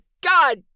god